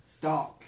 Dark